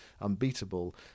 unbeatable